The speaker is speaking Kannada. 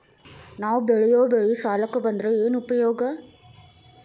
ನಾವ್ ಬೆಳೆಯೊ ಬೆಳಿ ಸಾಲಕ ಬಂದ್ರ ಏನ್ ಉಪಯೋಗ?